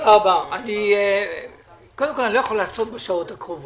לא יכול לעסוק בנושאים האלה בשעות הקרובות,